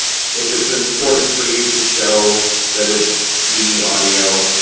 if it's important for you to show that it's cd audio,